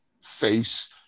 face